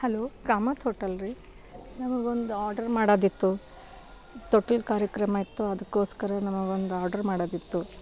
hello Kamath ಹೋಟೆಲ್ರೀ ನಮಗೊಂದು order ಮಾಡೋದಿತ್ತು ತೊಟ್ಟಿಲು ಕಾರ್ಯಕ್ರಮ ಇತ್ತು ಅದಕ್ಕೋಸ್ಕರ ನಮಗೊಂದು ಆರ್ಡರ್ ಮಾಡೋದಿತ್ತು